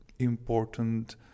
important